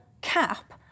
cap